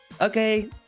okay